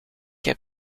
heb